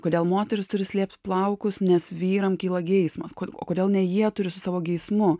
kodėl moterys turi slėpt plaukus nes vyram kyla geismas o kodėl ne jie turi su savo geismu